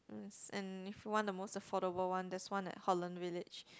and if you want the most affordable one there's one at Holland-Village